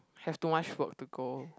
have too much work to go